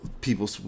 people